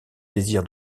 désir